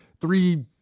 three